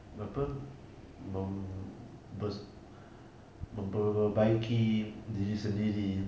buat apa mem~ ber~ memperbaiki diri sendiri